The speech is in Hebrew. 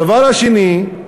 הדבר השני,